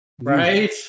Right